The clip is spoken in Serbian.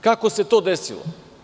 Kako se to desilo?